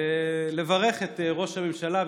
ולברך את ראש הממשלה,